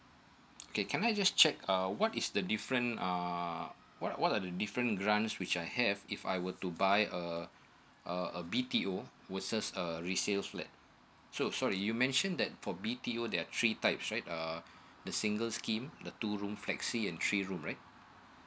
okay can I just check uh what is the different err what what are the different grant which I have if I were to buy uh a a b t o versus a a resale flat so sorry you mentioned that for b t o there are three types right uh the single scheme the two room flexi in three room right